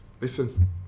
listen